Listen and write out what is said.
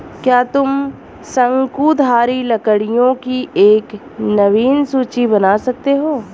क्या तुम शंकुधारी लकड़ियों की एक नवीन सूची बना सकते हो?